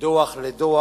מדוח לדוח